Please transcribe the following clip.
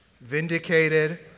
vindicated